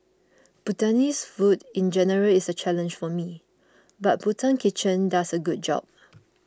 Bhutanese food in general is a challenge for me but Bhutan Kitchen does a good job